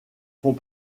font